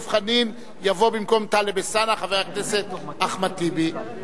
אחרי חבר הכנסת דב חנין יבוא במקום טלב אלסאנע חבר הכנסת אחמד טיבי.